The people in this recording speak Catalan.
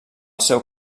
seu